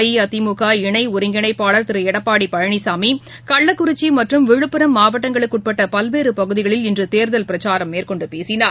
அஇஅதிமுக இணைஒருங்கிணைப்பாளர் திருஎடப்பாடிபழனிசாமி கள்ளக்குறிச்சிமற்றும் விழுப்புரம் மாவட்டங்களுக்குஉட்பட்டபல்வேறுபகுதிகளில் இன்றுதோதல் பிரச்சாரம் மேற்கொண்டுபேசினார்